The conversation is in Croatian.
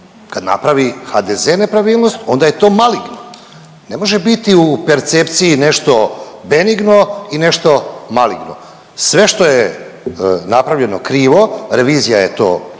kad napravi HDZ nepravilnost onda je to maligno. Ne može biti u percepciji nešto benigno i nešto maligno, sve što je napravljeno krivo revizija je to